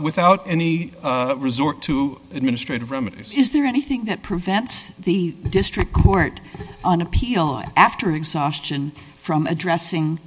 without any resort to administrative remedies is there anything that prevents the district court on appeal after exhaustion from addressing